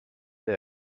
der